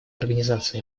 организации